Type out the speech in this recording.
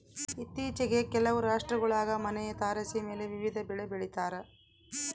ಇತ್ತೀಚಿಗೆ ಕೆಲವು ರಾಷ್ಟ್ರಗುಳಾಗ ಮನೆಯ ತಾರಸಿಮೇಲೆ ವಿವಿಧ ಬೆಳೆ ಬೆಳಿತಾರ